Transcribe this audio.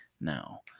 Now